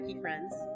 Friends